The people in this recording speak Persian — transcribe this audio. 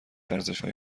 ارزشهای